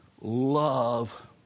love